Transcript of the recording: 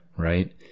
right